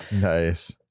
Nice